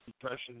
depression